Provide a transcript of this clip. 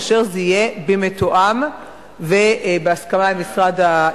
כאשר זה יהיה במתואם ובהסכמה עם הממשלה.